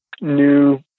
new